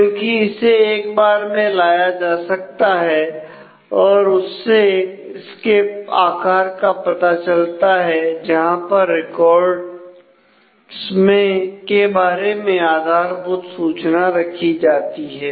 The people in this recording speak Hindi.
क्योंकि इसे एक बार में लाया जा सकता है और उससे उसके आकार का पता चलता है जहां पर रिकॉर्ड्स के बारे में आधारभूत सूचना रखी जाती है